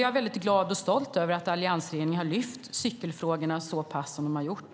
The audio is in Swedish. Jag är glad och stolt över att alliansregeringen lyft fram cykelfrågorna så pass mycket som den gjort.